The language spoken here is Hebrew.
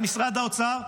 את משרד האוצר,